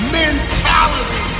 mentality